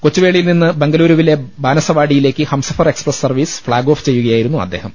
കൊച്ചുവേളിയിൽ നിന്ന് ബെങ്കലൂരുവിലെ ബാനസവാടിയി ലേക്ക് Humsafar express service flag off ചെയ്യുക യായിരുന്നു അദ്ദേഹം